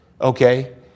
okay